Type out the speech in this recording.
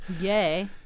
Yay